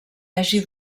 hagi